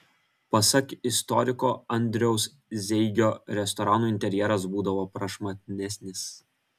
pasak istoriko andriaus zeigio restoranų interjeras būdavo prašmatnesnis